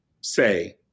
say